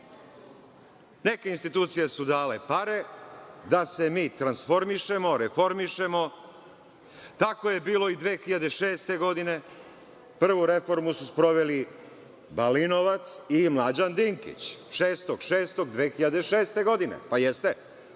Neke institucije su dale pare da se mi transformišemo, reformišemo. Tako je bilo i 2006. godine, prvu reformu su sproveli Balinovac i Mlađan Dinkić, 6. juna 2006. godine. Jeste,